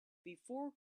before